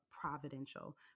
providential